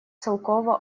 целкова